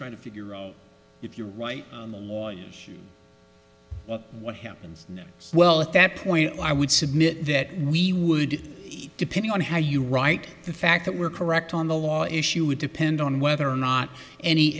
trying to figure out if you're right on the law and what happens well at that point i would submit that we would depending on how you write the fact that we're correct on the law issue would depend on whether or not any